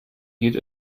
geht